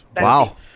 Wow